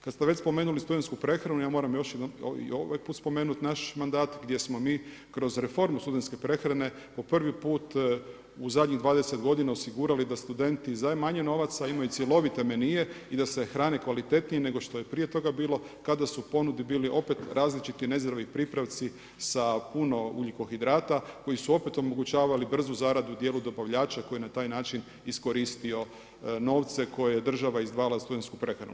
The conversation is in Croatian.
Kad ste već spomenuli studentsku prehranu, ja moram još jednom i ovaj put spomenut naš mandat gdje smo mi kroz reformu studentske prehrane po prvi put u zadnjih 20 godina osigurali da studenti za manje novaca imaju cjelovite menije i da se hrane kvalitetnije nego što je prije toga bilo kada su u ponudi bili opet različiti nezreli pripravci sa puno ugljikohidrata koji su opet omogućavali brzu zaradu dijelu dobavljača koji je na taj način iskoristio novce koja je država izdvajala za studentsku prehranu.